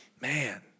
Man